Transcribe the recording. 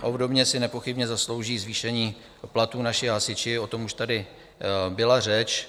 Obdobně si nepochybně zaslouží zvýšení platů naši hasiči, o tom už tady byla řeč.